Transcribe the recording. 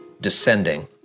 descending